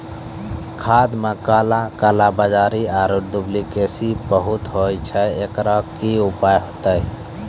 खाद मे काला कालाबाजारी आरु डुप्लीकेसी बहुत होय छैय, एकरो की उपाय होते?